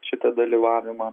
šitą dalyvavimą